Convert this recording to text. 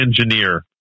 engineer